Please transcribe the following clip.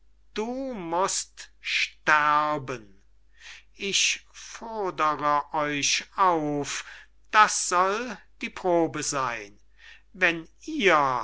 du mußt sterben ich fordere euch auf das soll die probe seyn wenn ihr